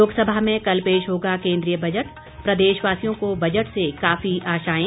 लोकसभा में कल पेश होगा केंद्रीय बजट प्रदेशवासियों को बजट से काफी आशाएं